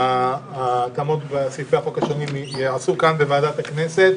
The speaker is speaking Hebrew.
ההתאמות בסעיפי החוק השונים ייעשו כאן בוועדת הכנסת.